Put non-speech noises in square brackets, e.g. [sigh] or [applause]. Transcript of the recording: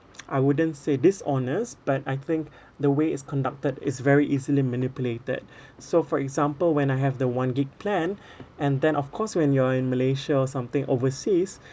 [noise] I wouldn't say dishonest but I think [breath] the way it's conducted is very easily manipulated [breath] so for example when I have the one gigabyte plan [breath] and then of course when you are in malaysia or something overseas [breath]